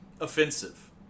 offensive